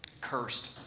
Cursed